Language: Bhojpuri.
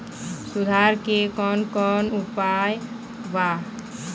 सुधार के कौन कौन उपाय वा?